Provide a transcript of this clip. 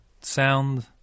sound